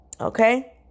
okay